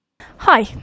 Hi